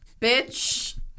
bitch